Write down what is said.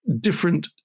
different